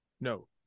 no